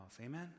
Amen